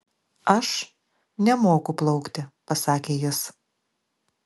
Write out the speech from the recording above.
aš nemoku plaukti pasakė jis